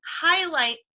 highlight